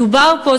מדובר פה,